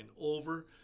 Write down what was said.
over